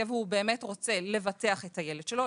והוא באמת רוצה לבטח את הילד שלו,